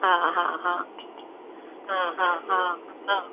हा हा हा हा हा हा हा